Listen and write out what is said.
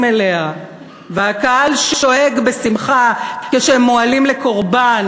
אליה והקהל שואג בשמחה כשהם מועלים לקורבן.